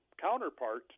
counterpart